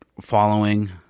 following